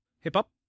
Hip-Hop